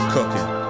Cooking